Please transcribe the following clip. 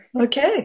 Okay